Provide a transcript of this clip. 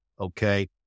Okay